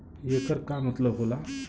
येकर का मतलब होला?